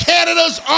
Canada's